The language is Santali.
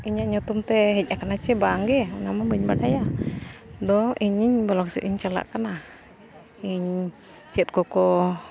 ᱤᱧᱟᱹᱜ ᱧᱩᱛᱩᱢᱛᱮ ᱦᱮᱡ ᱟᱠᱟᱱᱟ ᱥᱮ ᱵᱟᱝᱜᱮ ᱚᱱᱟᱢᱟ ᱵᱟᱹᱧ ᱵᱟᱰᱟᱭᱟ ᱫᱚ ᱤᱧᱤᱧ ᱵᱞᱚᱠ ᱥᱮᱫ ᱤᱧ ᱪᱟᱞᱟᱜ ᱠᱟᱱᱟ ᱤᱧ ᱪᱮᱫ ᱠᱚᱠᱚ